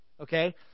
Okay